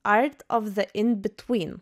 art of de in bituyn